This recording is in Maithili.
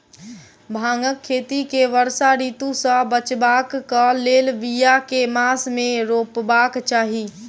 भांगक खेती केँ वर्षा ऋतु सऽ बचेबाक कऽ लेल, बिया केँ मास मे रोपबाक चाहि?